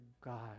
God